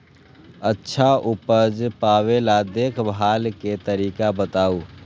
अच्छा उपज पावेला देखभाल के तरीका बताऊ?